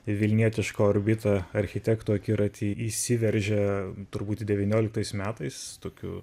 į vilnietiško orbito architekto akiratį įsiveržia turbūt devynioliktais metais tokiu